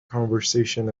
conversation